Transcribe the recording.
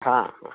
ಹಾಂ ಹಾಂ